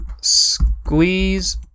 Squeeze